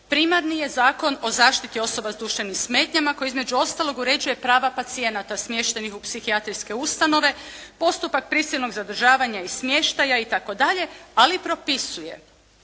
Primarni je Zakon o zaštiti osoba s duševnim smetnjama koji između ostalog uređuje prava pacijenata smještenih u psihijatrijske ustanove, postupak prisilnog zadržavanja i smještaja itd. ali propisuje